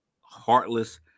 heartless